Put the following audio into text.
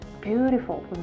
beautiful